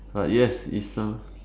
but yes it's a